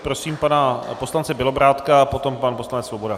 Prosím pana poslance Bělobrádka, potom pan poslanec Svoboda.